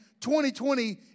2020